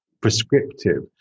prescriptive